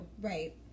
Right